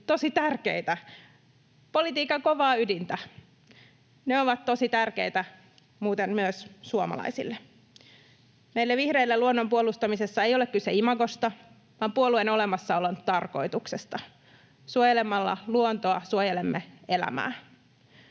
tosi tärkeitä, politiikan kovaa ydintä. Ne ovat tosi tärkeitä muuten myös suomalaisille. Meille vihreille luonnon puolustamisessa ei ole kyse imagosta, vaan puolueen olemassaolon tarkoituksesta. Suojelemalla luontoa suojelemme elämää.